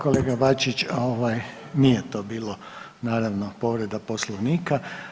Kolega Bačić ovaj nije to bilo naravno povreda Poslovnika.